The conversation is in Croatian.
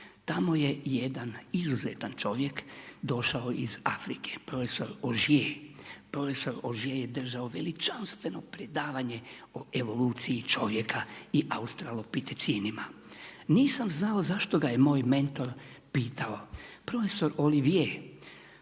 Tamo je jedan izuzetan čovjek došao iz Afrike profesor … Profesor … je držao veličanstveno predavanje o evoluciji čovjeka i o australopitecinima. Nisam znao zašto ga je moj mentor pitao, prof. Olivie